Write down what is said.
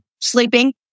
sleeping